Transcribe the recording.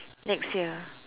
next year